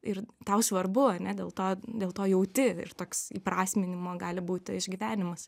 ir tau svarbu ane dėl to dėl to jauti ir toks įprasminimo gali būti išgyvenimas